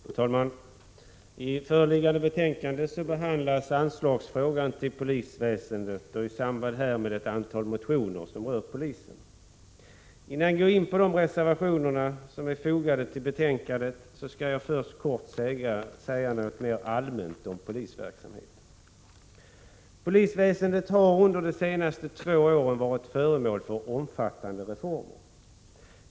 Fru talman! I föreliggande betänkande behandlas frågan om anslag till polisväsendet och i samband härmed ett antal motioner som rör polisen. Innan jag går in på de reservationer som är fogade till betänkandet, skall jag säga något mera allmänt om polisverksamheten. Polisväsendet har under de senaste två åren varit föremål för omfattande reformer.